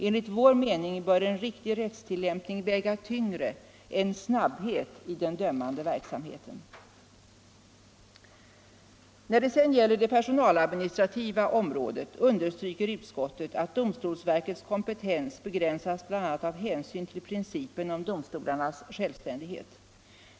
Enligt vår mening bör en riktig rättstillämpning väga tyngre än snabbhet i den dömande verksamheten. När det gäller det personaladministrativa området understryker utskottet att domstolsverkets kompetens begränsas av bl.a. hänsyn till principen om domstolarnas självständighet.